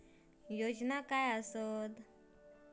योजना काय आसत?